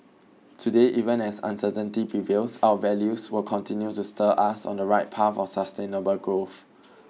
today even as uncertainty prevails our values will continue to steer us on the right path of sustainable growth